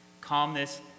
calmness